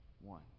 one